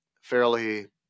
fairly